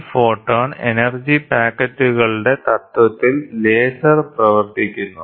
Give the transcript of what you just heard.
ഈ photon energy പാക്കറ്റുകളുടെ തത്വത്തിൽ ലേസർ പ്രവർത്തിക്കുന്നു